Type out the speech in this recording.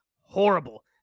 horrible